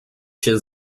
cię